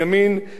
גבעת-זאב,